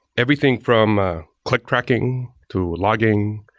everything from click tracking, to logging,